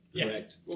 correct